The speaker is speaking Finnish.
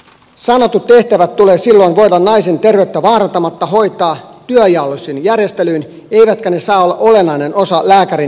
sanotut tehtävät tulee silloin voida naisen terveyttä vaarantamatta hoitaa työnjaollisin järjestelyin eivätkä ne saa olla olennainen osa lääkärin virkatehtävistä